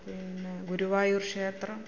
പിന്നെ ഗുരുവായൂർ ക്ഷേത്രം